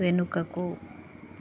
వెనుకకు